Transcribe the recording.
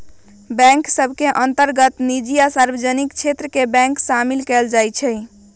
bank सभ के अंतर्गत निजी आ सार्वजनिक क्षेत्र के बैंक सामिल कयल जाइ छइ